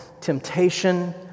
temptation